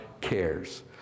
cares